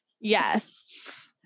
Yes